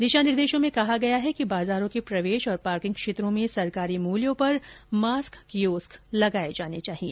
दिशा निर्देशों में कहा गया है कि बाजारों के प्रवेश और पार्किंग क्षेत्रों में सरकारी मुल्यों पर मास्क कियोस्क लगाए जाने चाहिए